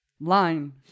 line